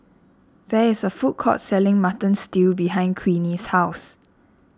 there is a food court selling Mutton Stew behind Queenie's house